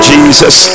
Jesus